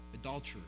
adulterers